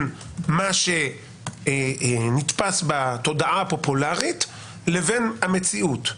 מה שנתפס בתודעה הפופולארית לבין המציאות,